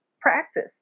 practice